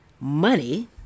money